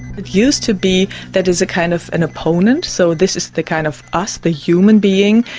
it used to be that is a kind of an opponent so this is the kind of us, the human being,